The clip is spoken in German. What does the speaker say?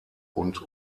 und